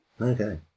Okay